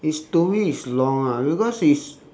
it's to me it's long ah because it's